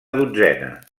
dotzena